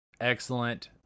excellent